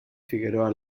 figueroa